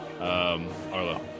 Arlo